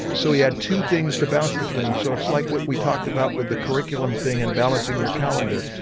so he had two things to bounce between. so it's like what we talked about with the curriculum thing and balancing your calendar.